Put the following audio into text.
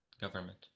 government